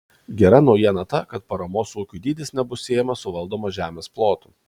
gera naujiena ta kad paramos ūkiui dydis nebus siejamas su valdomos žemės plotu